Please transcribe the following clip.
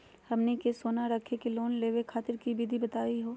हमनी के सोना रखी के लोन लेवे खातीर विधि बताही हो?